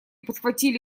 подхватили